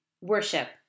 Worship